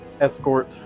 escort